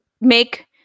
make